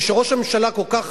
ושראש הממשלה כל כך